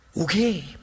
Okay